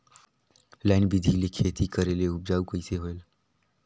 Line बिधी ले खेती करेले उपजाऊ कइसे होयल?